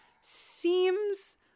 seems